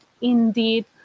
indeed